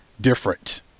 different